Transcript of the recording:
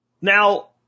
Now